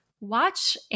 watch